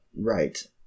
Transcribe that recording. Right